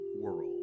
world